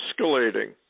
escalating